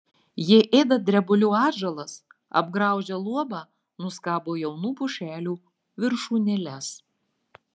jie ėda drebulių atžalas apgraužia luobą nuskabo jaunų pušelių viršūnėles